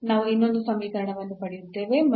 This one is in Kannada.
ನಾವು ಇನ್ನೊಂದು ಸಮೀಕರಣವನ್ನು ಪಡೆಯುತ್ತೇವೆ ಮತ್ತು